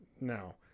no